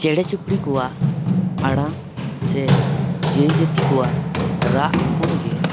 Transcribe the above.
ᱪᱮᱬᱮ ᱪᱩᱯᱲᱤ ᱠᱚᱣᱟᱜ ᱟᱲᱟᱝ ᱥᱮ ᱡᱤᱣᱤᱼᱡᱟᱹᱛᱤ ᱠᱚᱣᱟᱜ ᱨᱟᱜ ᱠᱷᱚᱱ ᱜᱮ